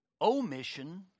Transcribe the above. omission